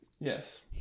Yes